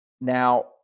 Now